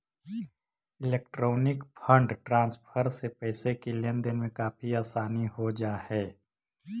electronic fund transfer से पैसे की लेन देन में काफी आसानी हो जा हई